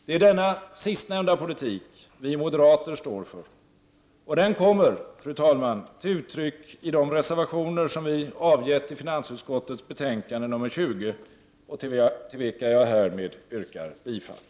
Det är denna sistnämnda politik vi moderater står för, och den kommer, fru talman, till uttryck i de reservationer som vi avgivit till finansutskottets betänkande nr 20 och till vilka jag härmed yrkar bifall.